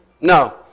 No